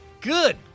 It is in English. Good